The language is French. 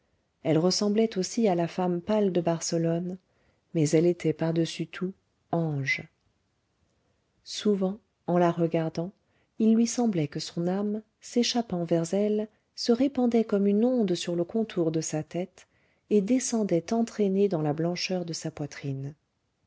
elle ressemblait aussi à la femme pâle de barcelone mais elle était par-dessus tout ange souvent en la regardant il lui semblait que son âme s'échappant vers elle se répandait comme une onde sur le contour de sa tête et descendait entraînée dans la blancheur de sa poitrine